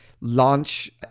launch